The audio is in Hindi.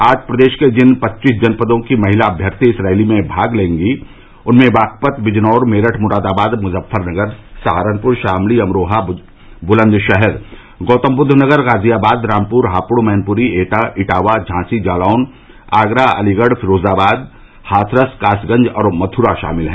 आज प्रदेश के जिन पच्चीस जनपदों की महिला अम्यर्थी इस रैली में भाग लेंगी उनमें बागपत बिजनौर मेरठ मुरादाबाद मुजफ्फरनगर सहारनपुर शामली अमरोहा बुलंदशहर गौतमबुद्दनगर गाजियाबाद रामपुर हापुड़ मैनपुरी एटा इटावा झांसी जालौन आगरा अलीगढ़ फिरोजाबाद हाथरस कासगंज और मथुरा शामिल हैं